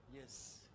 Yes